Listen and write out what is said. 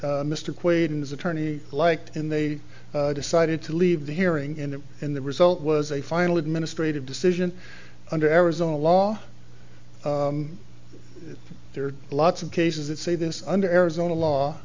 mr quaid and his attorney liked when they decided to leave the hearing in it and the result was a final administrative decision under arizona law there are lots of cases that say this under arizona law